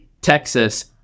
Texas